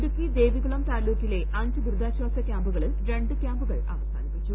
ഇടുക്കി ദേവികുളം താലൂക്കിലെ അഞ്ച് ദുരിതാശാസ ക്യാമ്പുകളിൽ രണ്ട് ക്യാമ്പുകൾ അവസാനിപ്പിച്ചു